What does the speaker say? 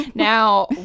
Now